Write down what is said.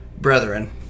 brethren